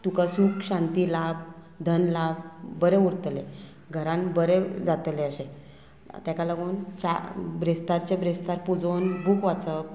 तुका सुख शांती लाभ धन लाब बरें उरतलें घरान बरें जातलें अशें ताका लागून चा ब्रेस्तारचे ब्रेस्तार पुजोवन बूक वाचप